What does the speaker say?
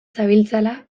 zabiltzala